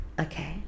okay